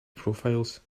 profiles